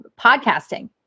podcasting